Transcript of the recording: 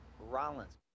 rollins